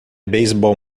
beisebol